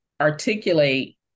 articulate